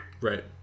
Right